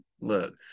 Look